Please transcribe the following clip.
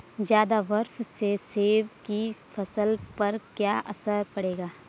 ज़्यादा बर्फ से सेब की फसल पर क्या असर पड़ेगा?